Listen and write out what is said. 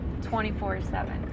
24-7